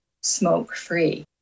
smoke-free